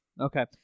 Okay